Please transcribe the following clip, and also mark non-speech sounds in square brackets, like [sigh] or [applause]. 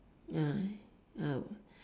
ya [noise]